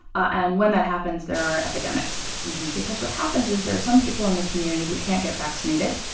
and when that happens, there are epidemics because what happens is there are some people in the community who can't get vaccinated.